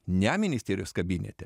ne ministerijos kabinete